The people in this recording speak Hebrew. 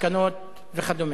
מסקנות וכדומה.